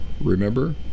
Remember